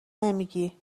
نمیگی